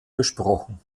besprochen